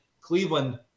Cleveland